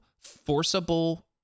forcible